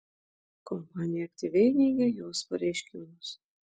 kompanija aktyviai neigia jos pareiškimus